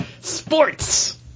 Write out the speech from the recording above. Sports